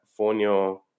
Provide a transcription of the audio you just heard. Fonio